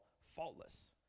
faultless